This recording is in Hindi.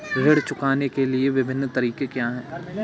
ऋण चुकाने के विभिन्न तरीके क्या हैं?